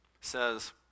says